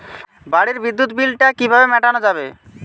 বাড়ির বিদ্যুৎ বিল টা কিভাবে মেটানো যাবে?